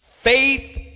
Faith